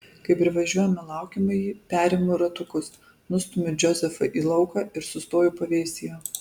kai privažiuojame laukiamąjį perimu ratukus nustumiu džozefą į lauką ir sustoju pavėsyje